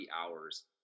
hours